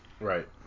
Right